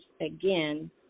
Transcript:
again